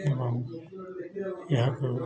ଏବଂ ଏହାକୁ